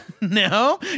No